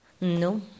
No